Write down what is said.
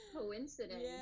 coincidence